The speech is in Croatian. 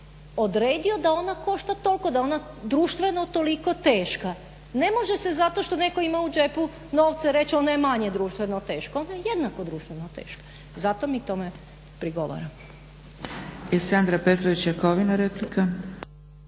odredio da ona košta toliko, da je ona društveno toliko teška. Ne može se zato što netko ima u džepu novce reći ona je manje društveno teška, ona je jednako društveno teška. Zato mi tome prigovaramo. **Zgrebec, Dragica (SDP)** I Sandra Petrović Jakovina, replika.